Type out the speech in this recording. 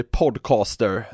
podcaster